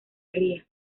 ría